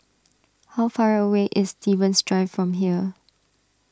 how far away is Stevens Drive from here